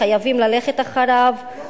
חייבים ללכת אחריו,